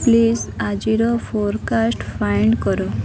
please ଆଜିର forecast find କର